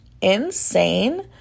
insane